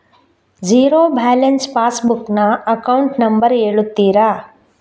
Zero balance pass book ನ account number ಹೇಳುತ್ತೀರಾ?